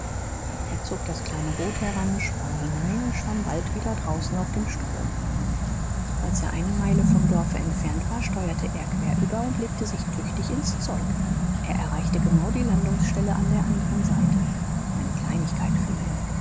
er zog das kleine boot heran sprang hinein und schwamm bald wieder draußen auf dem strom als er eine meile vom dorfe entfernt war steuerte er querüber und legte sich tüchtig ins zeug er erreichte genau die landungsstelle an der anderen seite eine kleinigkeit für ihn